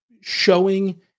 showing